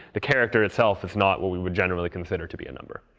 the character itself is not what we would generally consider to be a number.